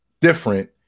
different